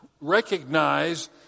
recognize